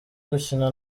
gukina